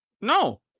no